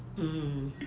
mm